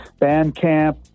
Bandcamp